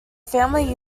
family